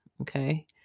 okay